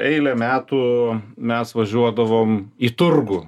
eilę metų mes važiuodavom į turgų